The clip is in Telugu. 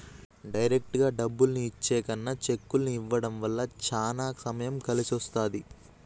డైరెక్టుగా డబ్బుల్ని ఇచ్చే కన్నా చెక్కుల్ని ఇవ్వడం వల్ల చానా సమయం కలిసొస్తది